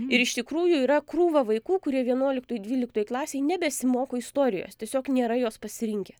ir iš tikrųjų yra krūva vaikų kurie vienuoliktoj dvyliktoj klasėj nebesimoko istorijos tiesiog nėra jos pasirinkę